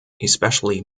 especially